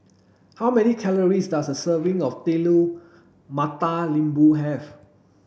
how many calories does a serving of telur mata lembu have